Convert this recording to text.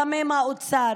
גם עם האוצר,